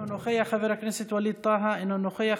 אינו נוכח,